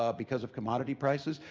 ah because of commodity prices,